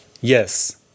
Yes